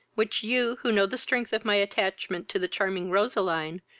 which you, who know the strength of my attachment to the charming roseline,